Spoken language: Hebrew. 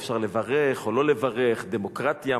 אפשר לברך או לא לברך, דמוקרטיה,